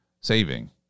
saving